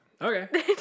okay